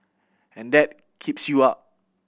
and that keeps you up